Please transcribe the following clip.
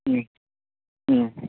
ꯎꯝ ꯎꯝ